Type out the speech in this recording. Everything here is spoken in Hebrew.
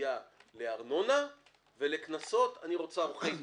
גבייה לארנונה ולקנסות דרך עורכי דין.